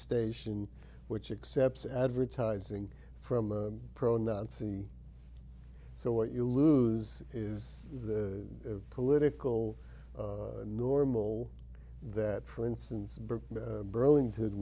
station which accepts advertising from pro nazi so what you lose is the political normal that for instance burlington